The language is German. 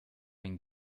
ein